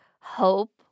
hope